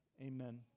amen